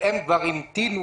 מכיוון שהם כבר המתינו,